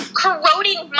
corroding